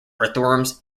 earthworms